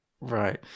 Right